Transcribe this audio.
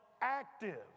active